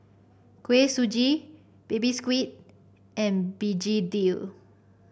Kuih Suji Baby Squid and begedil